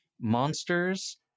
monsters